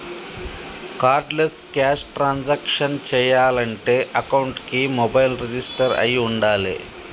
cardless cash transactions చెయ్యాలంటే అకౌంట్కి mobile register అయ్యి వుండాలే